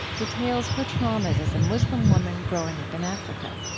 details her traumas as a muslim woman growing up in africa.